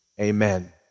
Amen